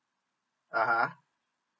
(uh huh)